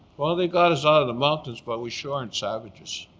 well they got us out of the mountains, but we sure aren't savages.